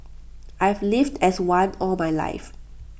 I've lived as one all my life